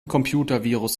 computervirus